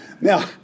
Now